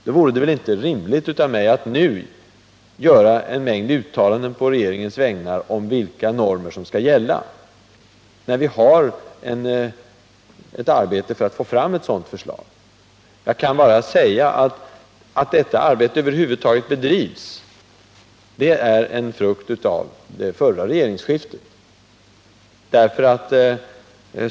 Det vore därför inte rimligt att jag nu gjorde en mängd uttalanden på regeringens vägnar om vilka normer som skall gälla, eftersom arbetet med att få fram ett sådant förslag pågår. Jag kan bara säga att detta arbete är en frukt av det förra regeringsskiftet.